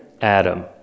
Adam